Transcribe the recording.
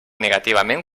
negativament